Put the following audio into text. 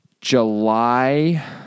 July